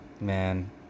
man